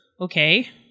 Okay